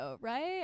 right